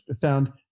found